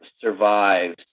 survives